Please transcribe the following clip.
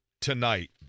tonight